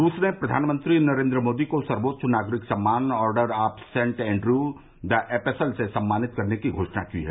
रूस ने प्रधानमंत्री नरेंद्र मोदी को सर्वोच्च नागरिक सम्मान Order of Saint Andrew the Apostle से सम्मानित करने की घोषणा की है